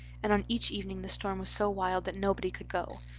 and on each evening the storm was so wild that nobody could go,